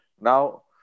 Now